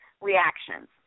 reactions